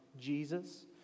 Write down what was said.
Jesus